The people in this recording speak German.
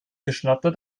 geschnatter